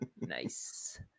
Nice